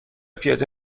پیاده